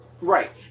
Right